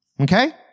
Okay